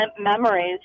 Memories